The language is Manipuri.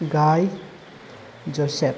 ꯒꯥꯏ ꯖꯣꯁꯦꯞ